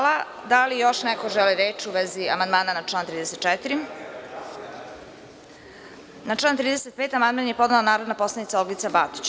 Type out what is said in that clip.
Da li još neko želi reč u vezi amandmana na član 34.? (Ne) Na član 35. amandman je podnela narodna poslanica Olgica Batić.